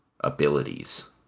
abilities